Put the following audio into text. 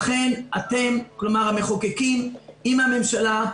לכן אתם, כלומר המחוקקים, עם הממשלה,